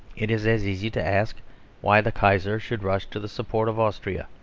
it is as easy to ask why the kaiser should rush to the support of austria.